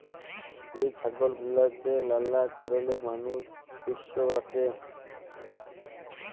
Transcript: যে ছাগল গুলাকে লালা কারলে মালুষ পষ্য রাখে